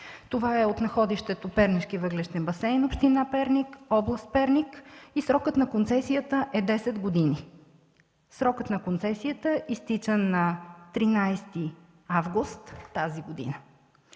Това е от находището „Пернишки въглищен басейн”, община Перник, област Перник и срокът на концесията е десет години. Той изтича на 13 август тази година.